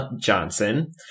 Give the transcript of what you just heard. Johnson